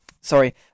sorry